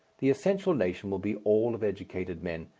the essential nation will be all of educated men,